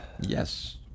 Yes